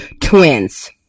Twins